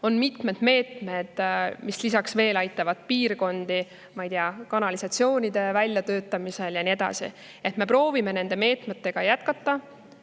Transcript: On mitmed meetmed, mis aitavad neid piirkondi veel, ma ei tea, kanalisatsiooni väljatöötamisel ja nii edasi. Me proovime neid meetmeid jätkata.